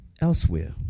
elsewhere